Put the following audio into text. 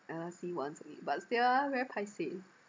ah see once only but still very paiseh mm